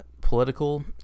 political